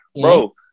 Bro